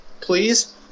Please